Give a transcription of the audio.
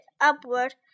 upward